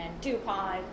DuPont